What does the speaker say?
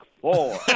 Four